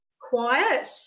Quiet